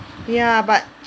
ya but